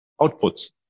outputs